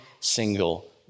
single